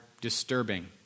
disturbing